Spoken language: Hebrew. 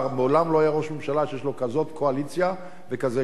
מעולם לא היה ראש ממשלה שיש לו כזאת קואליציה וכזה כוח.